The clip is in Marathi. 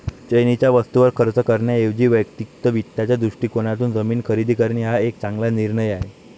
चैनीच्या वस्तूंवर खर्च करण्याऐवजी वैयक्तिक वित्ताच्या दृष्टिकोनातून जमीन खरेदी करणे हा एक चांगला निर्णय आहे